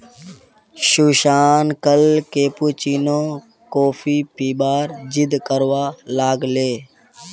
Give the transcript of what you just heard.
सुशांत कल cappuccino coffee पीबार जिद्द करवा लाग ले